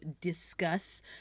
discuss